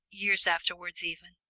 years afterwards even,